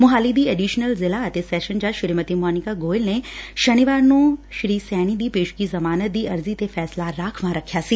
ਮੁਹਾਲੀ ਦੀ ਅਡੀਸ਼ਨਲ ਜ਼ਿਲ੍ਹਾ ਅਤੇ ਸੈਸ਼ਨ ਜੱਜ ਸ੍ਰੀਮਤੀ ਸੋਨੀਕਾ ਗੋਇਲ ਨੇ ਸ਼ਨੀਵਾਰ ਨੂੰ ਸ੍ਰੀ ਸੈਣੀ ਦੀ ਪੇਸ਼ਗੀ ਜ਼ਮਾਨਤ ਦੀ ਅਰਜ਼ੀ ਤੇ ਫੈਸ਼ਲਾ ਰਾਖਵਾ ਰੱਕਿਆ ਸੀ